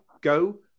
go